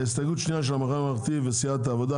הסתייגות מספר 2 של המחנה הממלכתי וסיעת העבודה.